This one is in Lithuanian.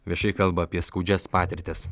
viešai kalba apie skaudžias patirtis